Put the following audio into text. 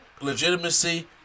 legitimacy